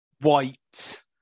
white